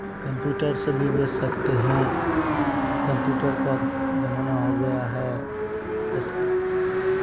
computer से भी भेज सकते हैं कंप्यूटर का जमाना हो गया है जैसे